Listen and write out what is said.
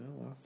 No